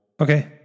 Okay